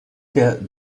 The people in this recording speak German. der